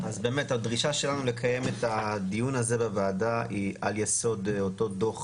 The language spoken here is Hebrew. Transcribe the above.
אז באמת הדרישה שלנו לקיים את הדיון הזה בוועדה היא על יסוד אותו דו"ח